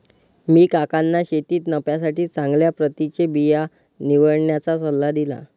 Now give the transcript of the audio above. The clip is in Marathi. मी काकांना शेतीत नफ्यासाठी चांगल्या प्रतीचे बिया निवडण्याचा सल्ला दिला